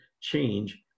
change